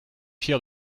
fier